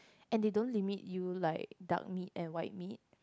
and they don't limit you like duck meat and white meat